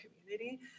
community